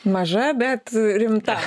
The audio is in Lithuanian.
maža bet rimta